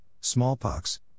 smallpox